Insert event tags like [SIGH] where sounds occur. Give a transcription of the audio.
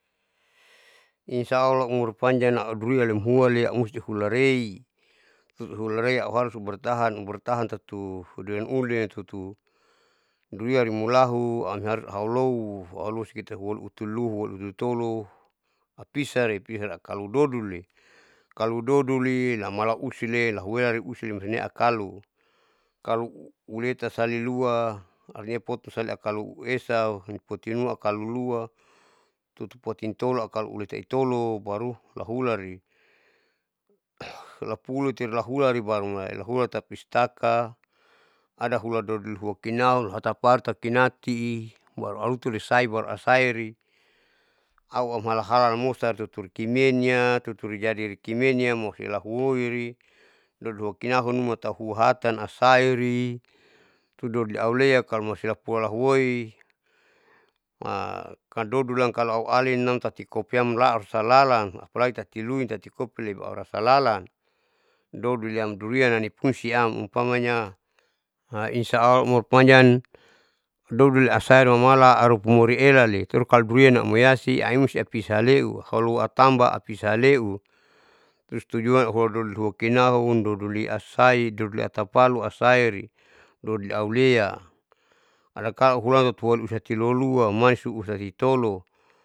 Insya allah umur pnjang naau durian emhuali uhuti ularei hutu ihularei auharus bertahan, bartahan tutu durian ulin tutu durian nemulahu aulou aulousi huoluutulua huoluututolo abire abisare kalo dokalu dodoli, kalu dodoli lamala usilen ahuwela niusi imusine kalu kalu uleta sali lua amia potun salimkalo iesa potunuma akalo lua tutun potitolo akalo luta itolo baru lahurali, [HESITATION] lapurulite lahurali barumulai lahula tapistaka adahua dodol hua kinau atapar takinati baru alutunisa baruasairi auhalamalahan nimosari turikimenia luturijadi rikimenia malusia lahuorii dodol kinahu numa dodol kihatan asairi, tudodol auleki kalomalusia lipula kahuloi [HESITATION] amdodolam kalo aualin namtati kopiam lalan salalan apalgi tatii luin tati kopilebaru rasa lalan dodulam durianam lipungsi, siam umapamanya hainsya allah umur panjang dodoli asai rumala harupu mori elalili harukalo durian amoihati amui apisai heua haloi atamba apisa haleu terus tujuan haula dodol lukinahun dodol liasai dodol tapalu asai roli aulea lasau hulan totoli kilolua maisi utati tolo.